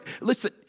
Listen